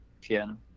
piano